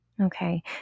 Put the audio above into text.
Okay